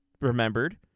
remembered